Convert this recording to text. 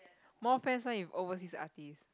more fans one if overseas artists